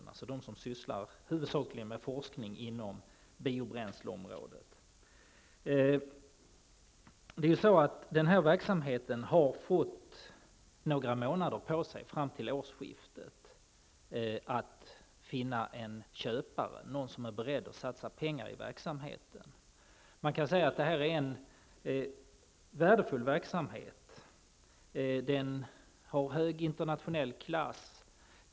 Det gäller då dem som huvudsakligen sysslar med forskning inom biobränsleområdet. När det gäller den här verksamheten har man fått några månader på sig -- fram till årsskiftet -- för att söka efter en köpare, någon som är beredd att satsa pengar på detta. Man kan säga att det här är en värdefull verksamhet, som är av hög internationell klass.